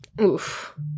oof